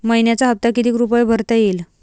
मइन्याचा हप्ता कितीक रुपये भरता येईल?